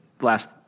last